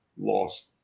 lost